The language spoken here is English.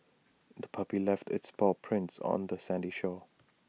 the puppy left its paw prints on the sandy shore